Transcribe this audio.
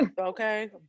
Okay